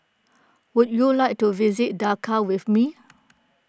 would you like to visit Dakar with me